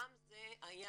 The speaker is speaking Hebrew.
גם זה היה